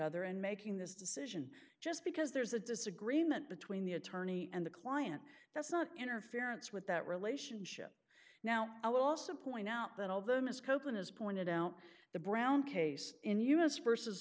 other and making this decision just because there's a disagreement between the attorney and the client that's not interference with that relationship now i'll also point out that although ms copeland has pointed out the brown case in u s versus